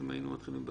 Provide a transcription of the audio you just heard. מחכים למשנה.